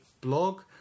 blog